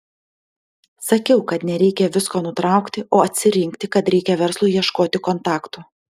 sakiau kad nereikia visko nutraukti o atsirinkti kad reikia verslui ieškoti kontaktų